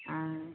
अ